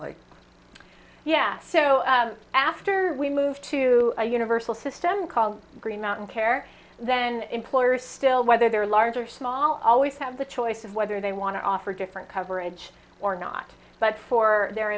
like yeah so after we move to a universal system called green mountain care then employers still whether they're large or small always have the choice of whether they want to offer different coverage or not but for their